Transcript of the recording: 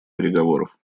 переговоров